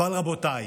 אבל רבותיי,